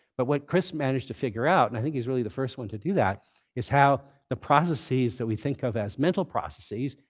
but what chris managed to figure out and i think he's really the first one to do that is how the processes that we think of as mental processes,